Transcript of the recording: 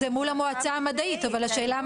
זה מול המועצה המדעית אבל השאלה היא